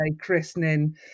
christening